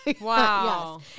Wow